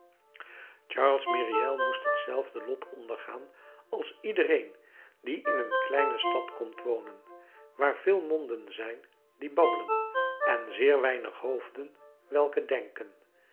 charles myriel moest hetzelfde lot ondergaan als iedereen die in een kleine stad komt wonen waar veel monden zijn die babbelen en zeer weinig hoofden welke denken